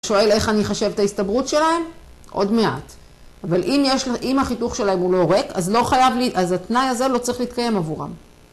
שואל איך אני אחשב את ההסתברות שלהם? עוד מעט, אבל אם יש, אם החיתוך שלהם הוא לא ריק, אז לא חייב ל.. אז התנאי הזה לא צריך להתקיים עבורם.